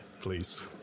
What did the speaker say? please